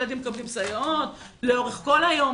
הילדים מקבלים סייעות לאורך כל היום,